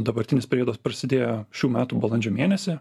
dabartinis periodas prasidėjo šių metų balandžio mėnesį